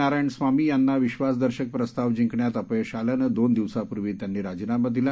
नारायणस्वामी यांना विश्वासदर्शक प्रस्ताव जिंकण्यात अपयश आल्यानं दोन दिवसांपूर्वी यांनी राजीनामा दिला